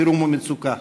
חירום ומצוקה.